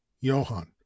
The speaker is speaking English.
johann